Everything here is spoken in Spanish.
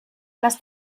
las